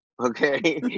Okay